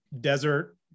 desert